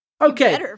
Okay